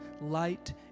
light